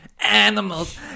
Animals